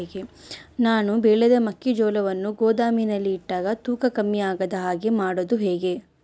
ನಾನು ಬೆಳೆದ ಮೆಕ್ಕಿಜೋಳವನ್ನು ಗೋದಾಮಿನಲ್ಲಿ ಇಟ್ಟಾಗ ತೂಕ ಕಮ್ಮಿ ಆಗದ ಹಾಗೆ ಮಾಡೋದು ಹೇಗೆ?